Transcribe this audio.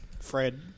Fred